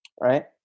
right